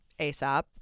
ASAP